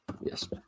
yes